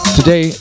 today